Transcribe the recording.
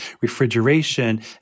refrigeration